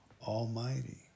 Almighty